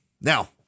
Now